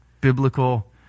biblical